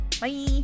Bye